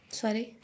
sorry